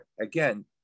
again